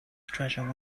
treasure